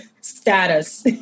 status